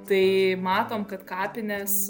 tai matom kad kapinės